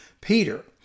Peter